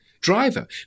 driver